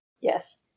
Yes